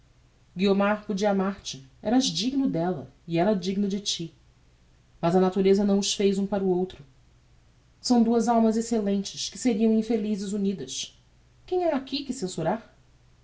guiomar podia amar-te eras digno della e ella digna de ti mas a natureza não os fez um para o outro são duas almas excellentes que seriam infelizes unidas quem ha aqui que censurar